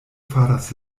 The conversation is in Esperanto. faras